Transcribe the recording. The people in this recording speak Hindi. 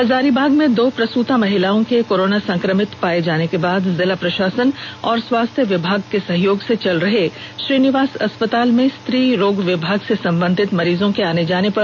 हजारीबाग में दो प्रसूति महिलाओं के कोरोना संक्रमित पाए जाने के बाद जिला प्रशासन और स्वास्थ्य विभाग के सहयोग से चल रहे श्रीनिवास अस्पताल में स्त्री रोग विभाग से संबंधित मरीजों के आने जाने पर रोक लगा दी गई है